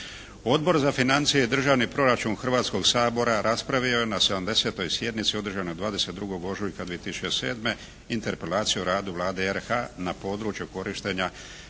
Odbor za financije i državni proračun Hrvatskog sabora raspravio je na 70. sjednici održanoj 22. ožujka 2007. interpelaciju o radu Vlade RH na području korištenja